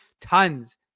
tons